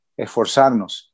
Esforzarnos